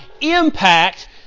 impact